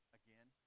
again